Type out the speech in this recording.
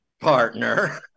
partner